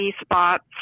spots